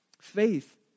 Faith